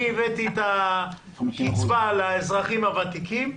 הנה --- אני הבאתי את הקצבה לאזרחים הוותיקים.